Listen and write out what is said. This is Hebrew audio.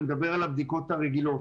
אני מדבר על הבדיקות הרגילות.